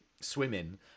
swimming